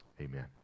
Amen